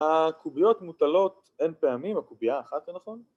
‫הקוביות מוטלות N פעמים, ‫הקוביה האחת, יותר נכון?